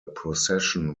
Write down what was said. procession